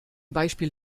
beispiel